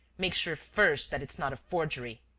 make sure first that it's not a forgery.